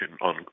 on